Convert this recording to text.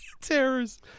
Terrors